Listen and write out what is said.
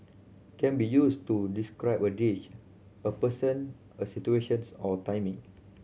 can be used to describe a dish a person a situations or a timing